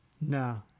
No